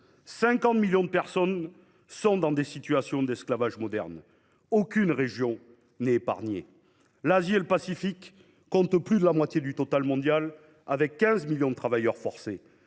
50 millions de personnes vivent dans des situations d'esclavage moderne. Aucune région du monde n'est épargnée. L'Asie et le Pacifique comptent plus de la moitié du total mondial, avec 15 millions de travailleurs forcés,